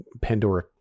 Pandora